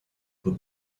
for